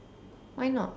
why not